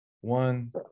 One